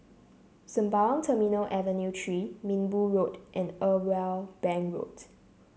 Sembawang Terminal Avenue Three Minbu Road and Irwell Bank Road